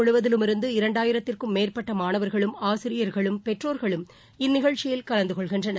முழுவதிலுமிருந்து இரண்டாயிரத்திற்கும் மேற்பட்ட மாணவர்களும் ஆசிரியர்களும் நாடு பெற்றோர்களும் இந்நிகழ்ச்சியில் கலந்து கொள்கின்றனர்